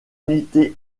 unités